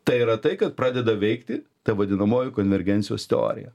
tai yra tai kad pradeda veikti ta vadinamoji konvergencijos teorija